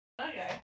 Okay